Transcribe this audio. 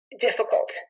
difficult